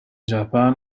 japan